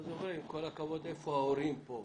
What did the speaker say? אז אומרים, עם כל הכבוד, איפה ההורים פה?